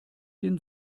den